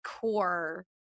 core